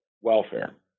welfare